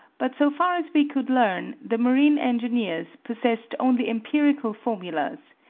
but so far as we could learn, the marine engineers possessed only empirical formulas,